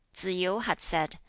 tsz-yu had said,